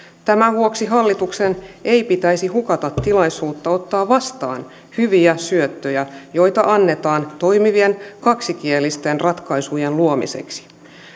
tämän vuoksi hallituksen ei pitäisi hukata tilaisuutta ottaa vastaan hyviä syöttöjä joita annetaan toimivien kaksikielisten ratkaisujen luomiseksi